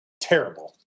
terrible